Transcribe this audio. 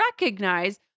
recognize